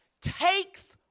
takes